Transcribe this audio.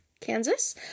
Kansas